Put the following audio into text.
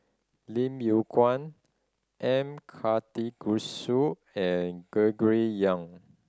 Lim Yew Kuan M Karthigesu and Gregory Yong